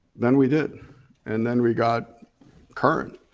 then we did and then we got current.